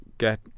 get